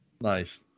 Nice